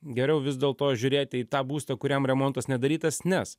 geriau vis dėlto žiūrėti į tą būstą kuriam remontas nedarytas nes